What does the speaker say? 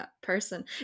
person